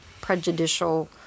prejudicial